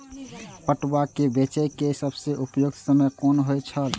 पटुआ केय बेचय केय सबसं उपयुक्त समय कोन होय छल?